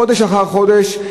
חודש אחר חודש,